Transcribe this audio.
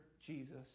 Jesus